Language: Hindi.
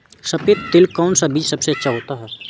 सफेद तिल में कौन सा बीज सबसे अच्छा होता है?